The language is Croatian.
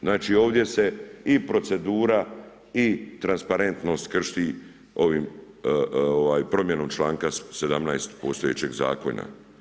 Znači ovdje se i procedura i transparentnost krši promjenom članka 17. postojećeg zakona.